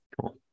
Cool